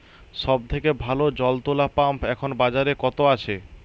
সব থেকে ভালো জল তোলা পাম্প এখন বাজারে কত আছে?